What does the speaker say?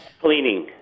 Cleaning